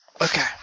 okay